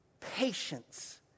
patience